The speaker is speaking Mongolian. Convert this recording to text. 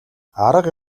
арга